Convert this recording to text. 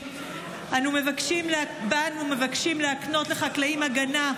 מאבק בפשיעה חקלאית),